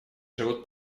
живут